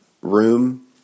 room